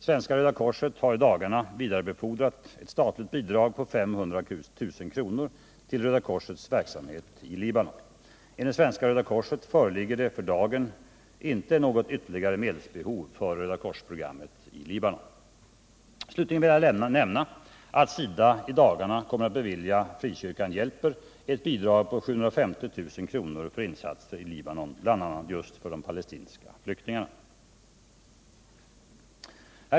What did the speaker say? Svenska röda korset har i dagarna vidarebefordrat ett statligt bidrag på 500 000 kr. till Röda korsets verksamhet i Libanon. Enligt Svenska röda korset föreligger det för dagen inte något ytterligare medelsbehov för Röda kors-programmet i Libanon. Slutligen vill jag nämna att SIDA i dagarna kommer att bevilja Frikyrkan hjälper ett bidrag på 750 000 kr. för insatser i Libanon, bl.a. för de palestinska flyktingarna.